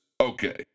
okay